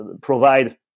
provide